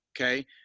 Okay